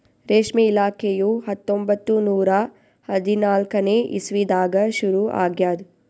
ರೇಷ್ಮೆ ಇಲಾಖೆಯು ಹತ್ತೊಂಬತ್ತು ನೂರಾ ಹದಿನಾಲ್ಕನೇ ಇಸ್ವಿದಾಗ ಶುರು ಆಗ್ಯದ್